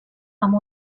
amb